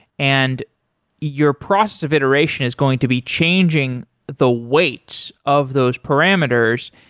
and your process of iteration is going to be changing the weights of those parameters,